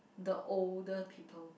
the older people